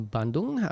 Bandung